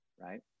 right